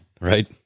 Right